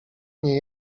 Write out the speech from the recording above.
nie